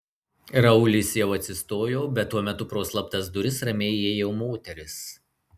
raulis jau atsistojo bet tuo metu pro slaptas duris ramiai įėjo moteris